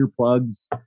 earplugs